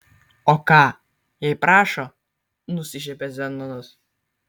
o ką jei prašo nusišiepia zenonas